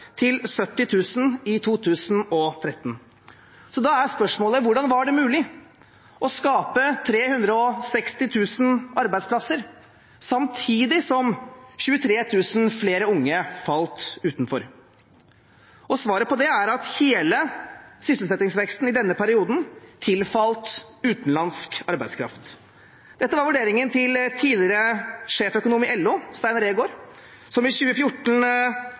70 000 i 2013. Da er spørsmålet: Hvordan var det mulig å skape 360 000 arbeidsplasser samtidig som 23 000 flere unge falt utenfor? Svaret på det er at hele sysselsettingsveksten i denne perioden tilfalt utenlandsk arbeidskraft. Dette var vurderingen til tidligere sjeføkonom i LO, Stein Reegård, som i 2014